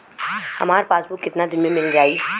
हमार पासबुक कितना दिन में मील जाई?